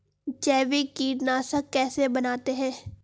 जैविक कीटनाशक कैसे बनाते हैं?